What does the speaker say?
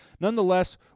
Nonetheless